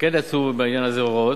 וכן נעשו בעניין הזה הוראות,